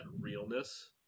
realness